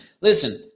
Listen